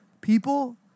People